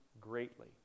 greatly